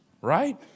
right